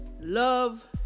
Love